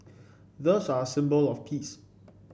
doves are a symbol of peace